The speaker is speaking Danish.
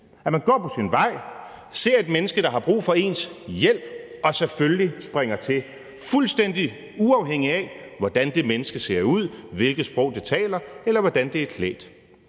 at man går på sin vej, ser et menneske, der har brug for ens hjælp, og selvfølgelig springer til, fuldstændig uafhængigt af hvordan det menneske ser ud, hvilket sprog det taler, eller hvordan det er klædt.